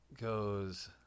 goes